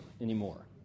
anymore